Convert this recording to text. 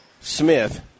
Smith